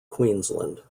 queensland